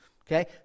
Okay